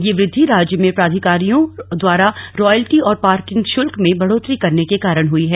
यह वृद्धि राज्य में प्राधिकारियों द्वारा रायल्टी और पार्किंग शुल्क में बढ़ोतरी करने के कारण हई है